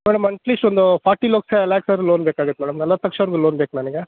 madam at least ಒಂದು forty lakhs lakhs ಆದರೂ loan ಬೇಕಾಗುತ್ತೆ ಮೇಡಮ್ ನಲ್ವತ್ತು ಲಕ್ಷವರೆಗೂ ಲೋನ್ ಬೇಕು ನನಗೆ